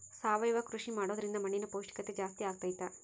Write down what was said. ಸಾವಯವ ಕೃಷಿ ಮಾಡೋದ್ರಿಂದ ಮಣ್ಣಿನ ಪೌಷ್ಠಿಕತೆ ಜಾಸ್ತಿ ಆಗ್ತೈತಾ?